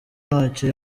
ntacyo